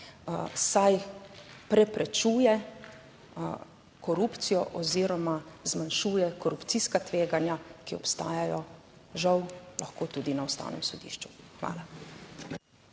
saj preprečuje korupcijo oziroma zmanjšuje korupcijska tveganja, ki obstajajo, žal lahko tudi na Ustavnem sodišču. Hvala.